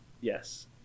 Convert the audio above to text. yes